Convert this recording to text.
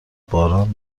باران